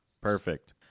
Perfect